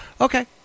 Okay